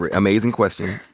amazing question.